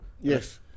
Yes